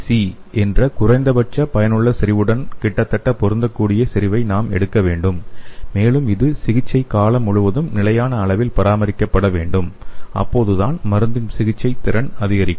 C என்ற குறைந்தபட்ச பயனுள்ள செறிவுடன் கிட்டத்தட்ட பொருந்தக்கூடிய செறிவை நாம் எடுக்க வேண்டும் மேலும் இது சிகிச்சை காலம் முழுவதும் நிலையான அளவில் பராமரிக்கப்பட வேண்டும் அப்போதுதான் மருந்தின் சிகிச்சை திறன் அதிகரிக்கும்